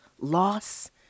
loss